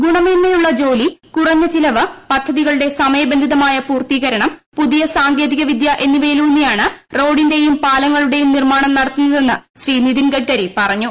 ഗുണമേന്മയുള്ള ജോലി കുറഞ്ഞ ചെലവ് പദ്ധതികളുടെ സമയബന്ധിതമായുള്ള പൂർത്തീകരണം പുതിയ സാങ്കേതിക വിദ്യ എന്നിവയിലൂന്നിയാണ് റോഡിന്റെയും പാല ങ്ങളുടെയും നിർമ്മാണം നടത്തുന്നതെന്നും ഗഡ്കരി പറഞ്ഞു